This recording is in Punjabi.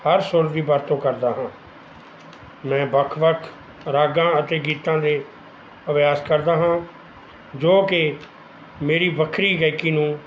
ਹਰ ਸੁਰ ਦੀ ਵਰਤੋਂ ਕਰਦਾ ਹਾਂ ਮੈਂ ਵੱਖ ਵੱਖ ਰਾਗਾਂ ਅਤੇ ਗੀਤਾਂ ਦੇ ਅਭਿਆਸ ਕਰਦਾ ਹਾਂ ਜੋ ਕਿ ਮੇਰੀ ਵੱਖਰੀ ਗਾਇਕੀ ਨੂੰ